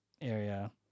area